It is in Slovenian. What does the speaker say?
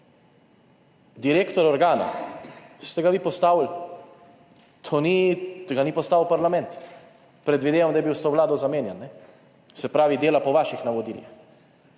Direktor organa, vi ste ga postavili, ni ga postavil v parlament, predvidevam, da je bil s to vlado zamenjan, se pravi dela po vaših navodilih.